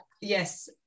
yes